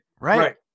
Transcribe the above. right